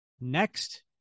next